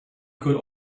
could